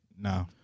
No